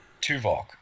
Tuvok